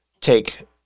take